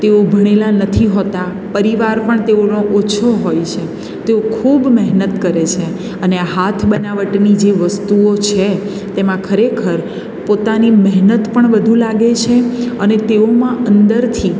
તેઓ ભણેલા નથી હોતા પરિવાર પણ તેઓનો ઓછો હોય છે તેઓ ખૂબ મહેનત કરે છે અને હાથ બનાવટની જે વસ્તુઓ છે તેમાં ખરેખર પોતાની મહેનત પણ વધુ લાગે છે અને તેઓમાં અંદરથી